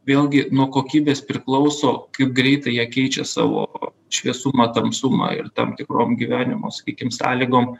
vėlgi nuo kokybės priklauso kaip greitai jie keičia savo šviesumą tamsumą ir tam tikrom gyvenimo sakykim sąlygom